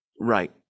right